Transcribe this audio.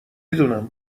دونم